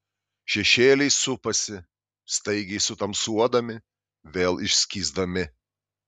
šešėliai supasi staigiai sutamsuodami vėl išskysdami